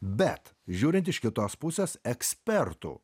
bet žiūrint iš kitos pusės ekspertų